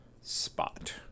spot